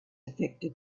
affected